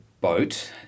boat